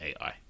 AI